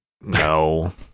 no